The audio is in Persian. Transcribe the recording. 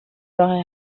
راه